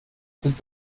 sind